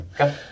Okay